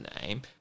name